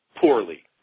poorly